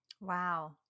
Wow